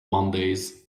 mondays